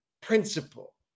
principle